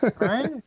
Right